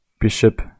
Bishop